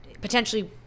potentially